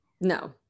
No